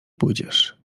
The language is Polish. pójdziesz